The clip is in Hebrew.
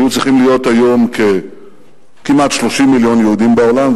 היו צריכים להיות היום כמעט 30 מיליון יהודים בעולם,